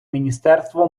міністерство